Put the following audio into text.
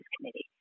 Committee